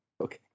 Okay